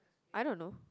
I don't know